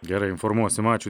gera informuosim ačiū